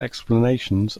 explanations